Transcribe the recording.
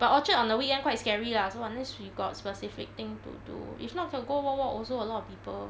but orchard on a weekend quite scary lah so unless we got specific thing to do if not can go walk walk also a lot of people